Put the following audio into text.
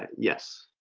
yes